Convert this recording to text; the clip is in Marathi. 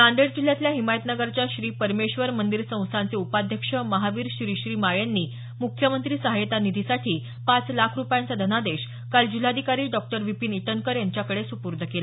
नांदेड जिल्ह्यातल्या हिमायतनगरच्या श्री परमेश्वर मंदिर संस्थानचे उपाध्यक्ष महावीर श्रीश्रीमाळ यांनी मुख्यमंत्री सहायता निधीसाठी पाच लाख रुपयांचा धनादेश काल जिल्हाधिकारी डॉ विपिन ईटनकर यांच्याकडे सुपुर्द केला